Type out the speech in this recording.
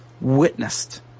witnessed